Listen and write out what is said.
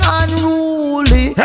unruly